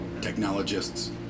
technologists